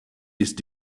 ist